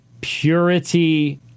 purity